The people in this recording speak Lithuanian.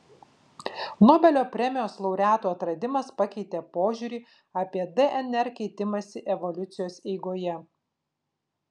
nobelio premijos laureatų atradimas pakeitė požiūrį apie dnr keitimąsi evoliucijos eigoje